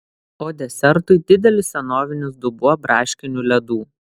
o desertui didelis senovinis dubuo braškinių ledų